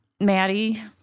Maddie